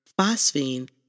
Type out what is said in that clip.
phosphine